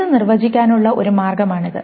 ഇത് നിർവ്വചിക്കാനുള്ള ഒരു മാർഗമാണിത്